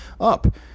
up